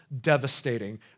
devastating